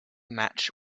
match